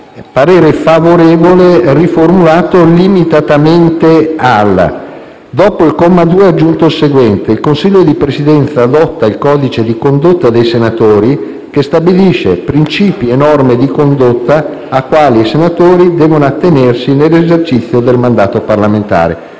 1.1 previa riformulazione limitatamente al: «Dopo il comma 2 è aggiunto il seguente: "Il Consiglio di Presidenza adotta il Codice di condotta dei Senatori, che stabilisce princìpi e norme di condotta ai quali i Senatori devono attenersi nell'esercizio del mandato parlamentare».